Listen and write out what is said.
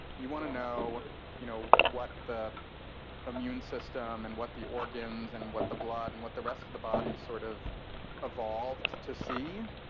you want to know you know what the immune system and what the organs and what the blood and what the rest of of the body sort of evolved to see,